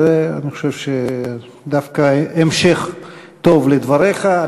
ואני חושב שזה דווקא המשך טוב לדבריך.